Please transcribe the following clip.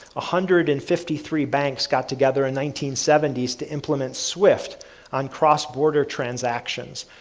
hundred and fifty three banks got together in nineteen seventy s to implement swift on cross-border transactions,